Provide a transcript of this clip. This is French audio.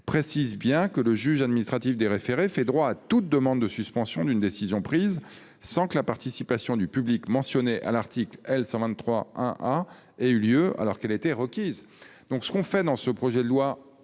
précise bien que le juge administratif des référés fait droit à toute demande de suspension d'une décision prise, sans que la participation du public mentionnée à l'article L. 123-1-1 ait eu lieu, alors qu'elle était requise. Nous nous contentons de transférer la